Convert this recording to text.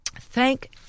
thank